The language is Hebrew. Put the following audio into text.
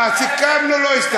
סיכמנו.